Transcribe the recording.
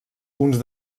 punts